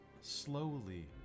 Slowly